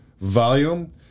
volume